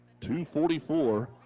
2.44